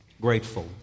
grateful